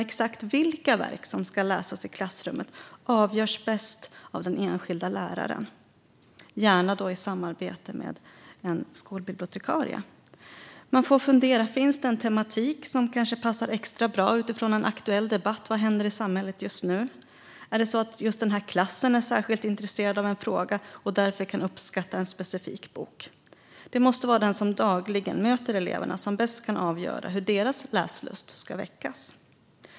Exakt vilka verk som ska läsas i klassrummet avgörs dock bäst av den enskilda läraren, och då gärna i samarbete med en skolbibliotekarie. Man får fundera: Finns det en tematik som kanske passar extra bra utifrån en aktuell debatt? Vad händer i samhället just nu? Är det så att just den här klassen är särskilt intresserad av en viss fråga och därför kan uppskatta en specifik bok? Det måste vara den som dagligen möter eleverna som bäst kan avgöra hur deras läslust ska väckas.